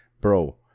bro